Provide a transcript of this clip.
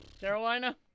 Carolina